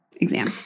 exam